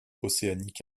océanique